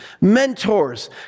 mentors